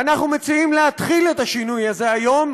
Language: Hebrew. ואנחנו מציעים להתחיל את השינוי הזה היום,